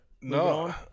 no